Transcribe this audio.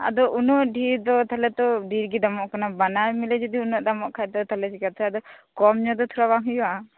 ᱟᱫᱚ ᱩᱱᱟᱹᱜ ᱰᱷᱮᱨ ᱫᱚ ᱛᱟᱞᱦᱮ ᱛᱚ ᱰᱷᱮᱨ ᱜᱮ ᱫᱟᱢ ᱠᱟᱱᱟ ᱵᱟᱱᱟᱨ ᱢᱤᱞᱮ ᱡᱩᱫᱤ ᱩᱱᱟᱹᱜ ᱫᱟᱢᱚᱜ ᱠᱷᱟᱡ ᱫᱚ ᱛᱟᱞᱦᱮ ᱪᱤᱠᱟᱛᱮ ᱟᱫᱚ ᱠᱚᱢ ᱧᱚᱜ ᱫᱚ ᱛᱷᱚᱲᱟ ᱵᱟᱝ ᱦᱩᱭᱩᱜᱼᱟ